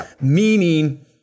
meaning